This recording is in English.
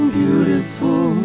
beautiful